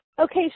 Okay